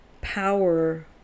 Power